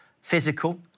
physical